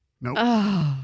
Nope